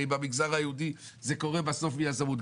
הרי במגזר היהודי זה קורה בסוף ביזמות,